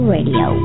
Radio